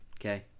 Okay